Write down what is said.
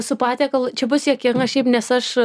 su patiekalu čia bus juokinga šiaip nes aš